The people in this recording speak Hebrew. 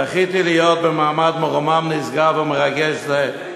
זכיתי להיות במעמד מרומם, נשגב ומרגש זה,